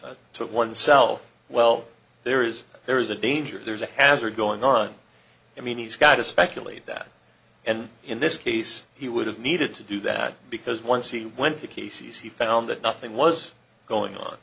took oneself well there is there is a danger there's a hazard going on i mean he's got to speculate that and in this case he would have needed to do that because once he went to cases he found that nothing was going